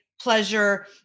pleasure